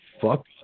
fuck